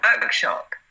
workshop